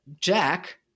Jack